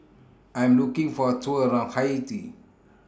I'm looking For A Tour around Haiti